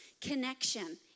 connection